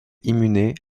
inhumées